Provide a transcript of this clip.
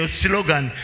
slogan